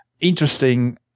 interesting